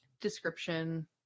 description